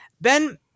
Ben